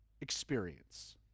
experience